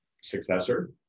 successor